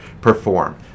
perform